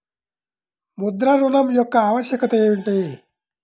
ముద్ర ఋణం యొక్క ఆవశ్యకత ఏమిటీ?